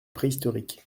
préhistorique